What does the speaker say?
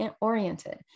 oriented